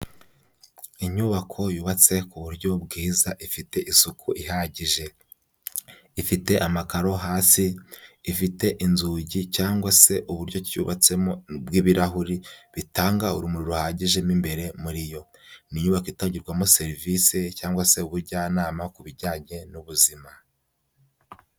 Inyubako yubatse ku buryo bwiza, ifite isuku ihagije, ifite amakaro hasi, ifite inzugi cyangwa se uburyo ki yubatsemo bw'ibirahuri bitanga urumuri ruhagije mo imbere muri yo, ni inyubako itangirwamo serivise cyangwa se ubujyanama ku bijyanye n'ubuzima.